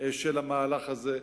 של המהלך הזה.